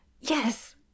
yes